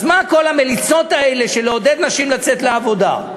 אז מה כל המליצות האלה של לעודד נשים לצאת לעבודה?